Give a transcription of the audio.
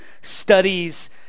studies